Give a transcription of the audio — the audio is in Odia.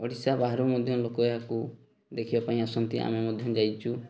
ଓଡ଼ିଶା ବାହାରୁ ମଧ୍ୟ ଲୋକ ଏହାକୁ ଦେଖିବା ପାଇଁ ଆସନ୍ତି ଆମେ ମଧ୍ୟ ଯାଇଛୁ